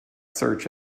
search